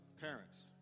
parents